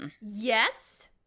Yes